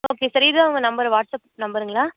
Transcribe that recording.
okay sir இதான் உங்கள் number WhatsApp நம்பருங்களா